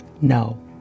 No